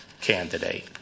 candidate